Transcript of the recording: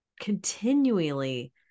continually